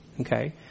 okay